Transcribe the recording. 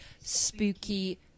spooky